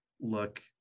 look